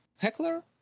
Heckler